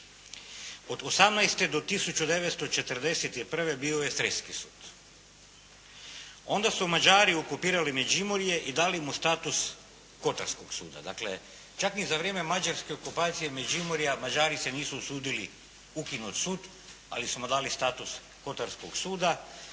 se ne razumije./… sud. Onda su Mađari okupirali Međimurje i dali mu status kotarskog suda, dakle, čak ni za vrijeme mađarske okupacije Međuimurja Mađari se nisu usudili ukinuti sud, ali su mu dali status kotarskog suda.